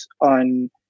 on